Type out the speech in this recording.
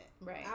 Right